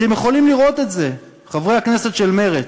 אתם יכולים לראות את זה, חברי הכנסת של מרצ.